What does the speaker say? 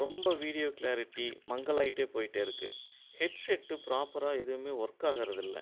ரொம்ப video clarity மங்கலாயிட்டே போய்ட்டே இருக்கு ஹெட்செட்டு ப்ராப்பராக எதுவுமே ஒர்க் ஆகறதில்லை